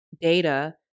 data